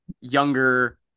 younger